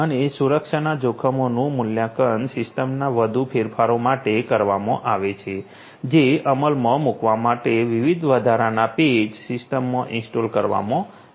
અને સુરક્ષાના જોખમોનું મૂલ્યાંકન સિસ્ટમના વધુ ફેરફારો માટે કરવામાં આવે છે જે અમલમાં મૂકવા માટે વિવિધ વધારાના પેચ સિસ્ટમમાં ઇન્સ્ટોલ કરવામાં આવે છે